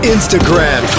Instagram